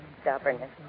stubbornness